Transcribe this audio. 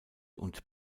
und